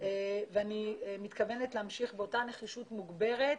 אני מתכוונת להמשיך באותה נחישות מוגברת,